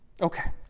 Okay